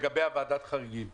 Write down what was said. בוועדת חריגים יש